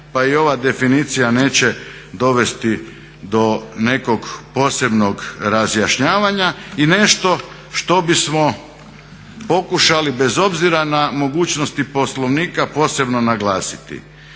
pa i ova definicija neće dovesti do nekog posebnog razjašnjavanja. I nešto što bismo pokušali bez obzira na mogućnosti Poslovnika posebno naglasiti.